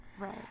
Right